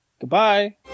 goodbye